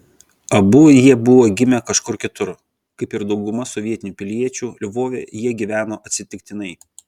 abu jie buvo gimę kažkur kitur kaip ir dauguma sovietinių piliečių lvove jie gyveno atsitiktinai